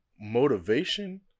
motivation